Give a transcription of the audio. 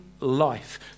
life